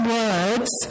words